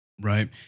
Right